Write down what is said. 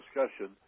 discussion